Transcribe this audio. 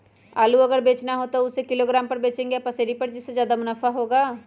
आलू अगर बेचना हो तो हम उससे किलोग्राम पर बचेंगे या पसेरी पर जिससे ज्यादा मुनाफा होगा?